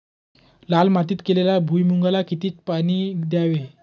लाल मातीत केलेल्या भुईमूगाला किती पाणी द्यावे?